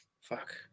Fuck